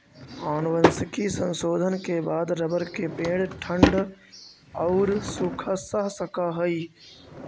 आनुवंशिक संशोधन के बाद रबर के पेड़ ठण्ढ औउर सूखा सह सकऽ हई